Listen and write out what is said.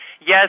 yes